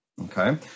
Okay